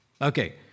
Okay